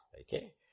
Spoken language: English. Okay